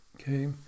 okay